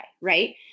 Right